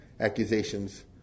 accusations